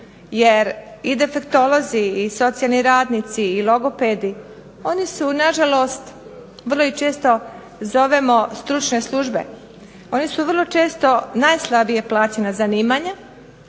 jer i defektolozi, i socijalni radnici i logopedi, oni su na žalost, vrlo ih često zovemo stručne službe. Oni su vrlo često najslabije plaćena zanimanja,